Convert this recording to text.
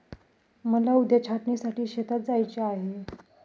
मला उद्या छाटणीसाठी शेतात जायचे आहे